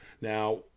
Now